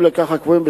חברי הכנסת,